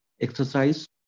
Exercise